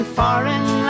foreign